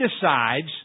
decides